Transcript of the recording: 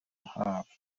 haf